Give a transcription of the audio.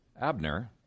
Abner